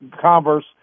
Converse